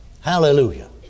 Hallelujah